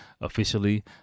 officially